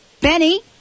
Benny